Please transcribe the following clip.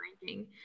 ranking